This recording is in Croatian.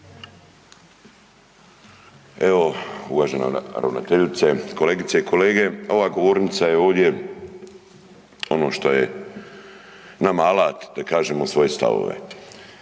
Evo, uvažena ravnateljice, kolegice i kolege ova govornica je ovdje ono što je nama alat da kažemo svoje stavove.